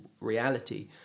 reality